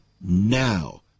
now